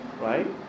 right